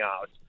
out